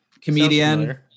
Comedian